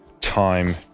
time